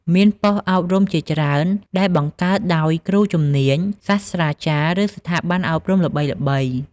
មានប៉ុស្តិ៍អប់រំជាច្រើនដែលបង្កើតដោយគ្រូជំនាញ សាស្ត្រាចារ្យ ឬស្ថាប័នអប់រំល្បីៗ។